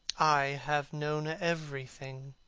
i have known everything,